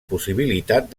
possibilitat